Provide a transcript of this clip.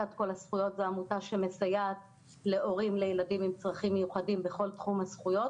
זו עמותה שמסייעת להורים לילדים עם צרכים מיוחדים בכל תחום הזכויות.